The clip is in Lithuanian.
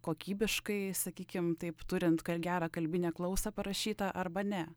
kokybiškai sakykim taip turint gerą kalbinę klausą parašyta arba ne